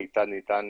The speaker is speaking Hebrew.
כיצד ניתן